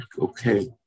okay